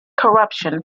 corruption